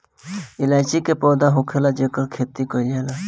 इलायची के पौधा होखेला जेकर खेती कईल जाला